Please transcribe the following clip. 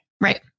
Right